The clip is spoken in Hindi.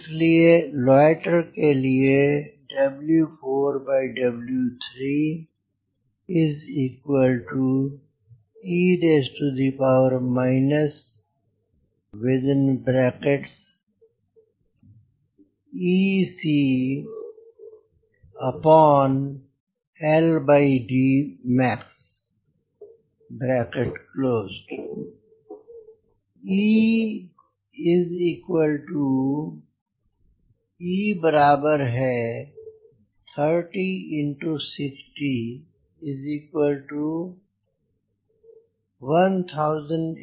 इसलिए लॉयटेर के लिए e ECLDmax E30 60 1800 सेकंड